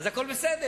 אז הכול בסדר?